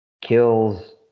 kills